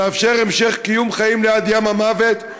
לאפשר המשך קיום חיים ליד ים המוות,